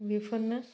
बेफोरनो